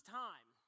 time